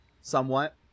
somewhat